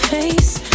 Face